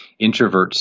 Introverts